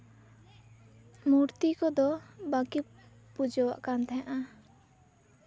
ᱢᱩᱨᱛᱤ ᱠᱚᱫᱚ ᱵᱟᱜᱮ ᱯᱩᱡᱟᱹᱣᱟᱜ ᱠᱟᱱ ᱛᱟᱦᱮᱸᱱᱟ